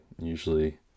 usually